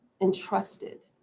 entrusted